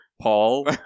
Paul